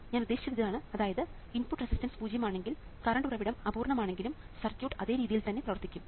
ഞാൻ ഉദ്ദേശിച്ചത് ഇതാണ് അതായത് ഇൻപുട്ട് റെസിസ്റ്റൻസ് പൂജ്യം ആണെങ്കിൽ കറണ്ട് ഉറവിടം അപൂർണ്ണമാണെങ്കിലും സർക്യൂട്ട് അതേ രീതിയിൽ തന്നെ പ്രവർത്തിക്കും